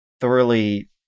thoroughly